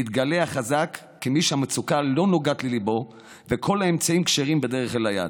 מתגלה החזק כמי שהמצוקה לא נוגעת לליבו וכל האמצעים כשרים בדרך אל היעד.